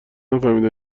نفهمیدم